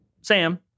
Sam